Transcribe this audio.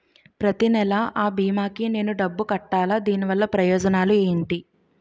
ప్రతినెల అ భీమా కి నేను డబ్బు కట్టాలా? దీనివల్ల ప్రయోజనాలు ఎంటి?